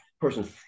person